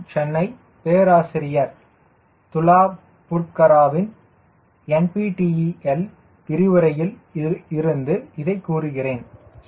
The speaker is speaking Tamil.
சென்னை பேராசிரியர் துலாபுர்கராவின் NPTEL விரிவுரையில் இருந்து இதை கூறுகிறேன் சரி